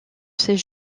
ces